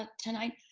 ah tonight?